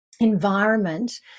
environment